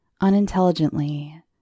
unintelligently